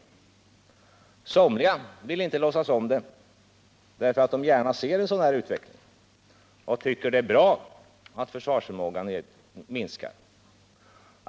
Somliga vill inte låtsas om den, därför att de gärna ser en sådan utveckling och tycker det är bra att försvarsförmågan minskar.